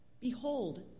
behold